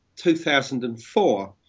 2004